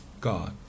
God